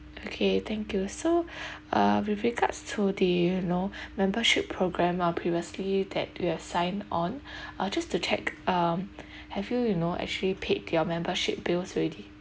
okay thank you so uh with regards to the you know membership program ah previously that you have signed on uh just to check um have you you know actually paid your membership bills already